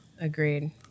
Agreed